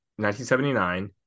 1979